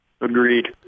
agreed